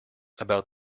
about